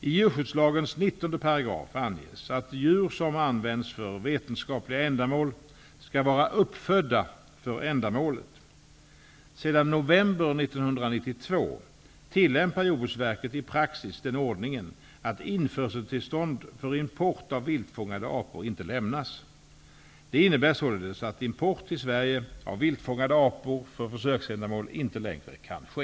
I 9 § djurskyddslagen anges att djur som används för vetenskapliga ändamål skall vara uppfödda för ändamålet. Sedan november 1992 tillämpar Jordbruksverket i praxis den ordningen, att införseltillstånd för import av viltfångade apor inte lämnas. Detta innebär således att import till Sverige av viltfångade apor för försöksändamål inte längre kan ske.